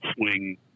swing